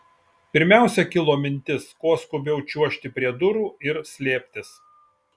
pirmiausia kilo mintis kuo skubiau čiuožti prie durų ir slėptis